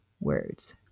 words